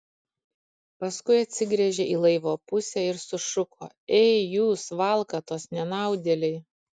paskui atsigręžė į laivo pusę ir sušuko ei jūs valkatos nenaudėliai